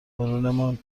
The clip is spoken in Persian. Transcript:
غرورمان